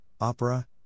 opera